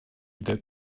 dead